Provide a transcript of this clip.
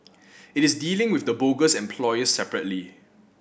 it is dealing with the bogus employers separately